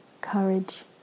Courage